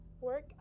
work